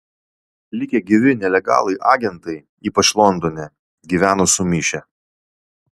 likę gyvi nelegalai agentai ypač londone gyveno sumišę